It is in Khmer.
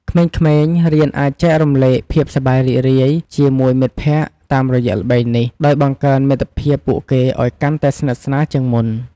ក្មេងៗរៀនអាចចែករំលែកភាពសប្បាយរីករាយជាមួយមិត្តភក្តិតាមរយៈល្បែងនេះ ដោយបង្កើនមិត្តភាពពួកគេឲ្យកាន់តែស្និតស្នាលជាងមុន។